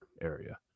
area